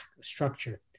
structure